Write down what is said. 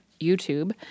YouTube